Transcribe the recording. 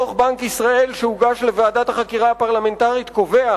דוח בנק ישראל שהוגש לוועדת החקירה הפרלמנטרית קובע